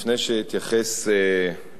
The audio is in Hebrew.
לפני שאתייחס